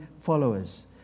followers